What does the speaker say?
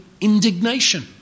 indignation